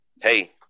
Hey